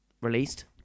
released